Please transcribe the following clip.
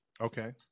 okay